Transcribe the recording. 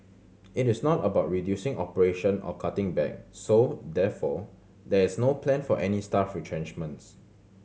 it is not about reducing operation or cutting back so therefore there is no plan for any staff retrenchments